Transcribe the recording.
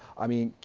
i mean,